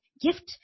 gift